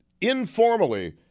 informally